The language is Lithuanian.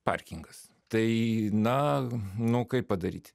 parkingas tai na nu kaip padaryti